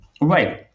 Right